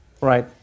Right